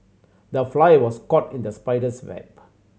the fly was caught in the spider's web